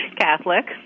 Catholic